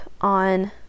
on